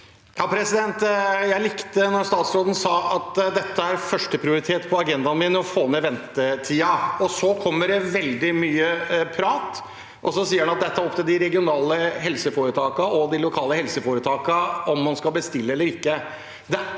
Jeg likte at statsråd- en sa at dette er førsteprioritet på agendaen – å få ned ventetiden. Så kommer det veldig mye prat, og så sier han at dette er det opp til de regionale helseforetakene og de lokale helseforetakene om man skal bestille eller ikke.